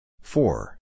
four